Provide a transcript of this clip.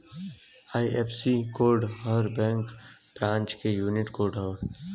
IFSC code हर एक bank branch क यूनिक कोड हौ